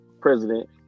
president